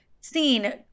seen